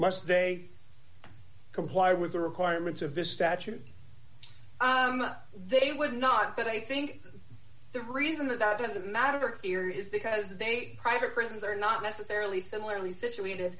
they comply with the requirements of this statute they would not but i think the reason that that doesn't matter here is because they are private prisons are not necessarily similarly situated